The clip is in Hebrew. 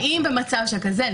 האם במצב שכזה,